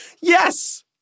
Yes